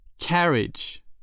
Carriage